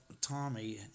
Tommy